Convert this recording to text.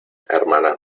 hermana